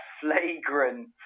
flagrant